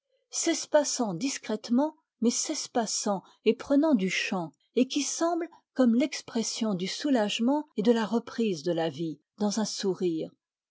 s'espaçant discrètement mais s'espaçant et prenant du champ et qui semble comme l'expression du soulagement et de la reprise de la vie dans un sourire